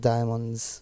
Diamonds